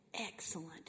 excellent